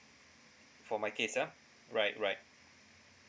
for my case ah right right